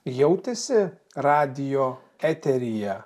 jautėsi radijo eteryje